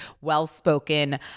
well-spoken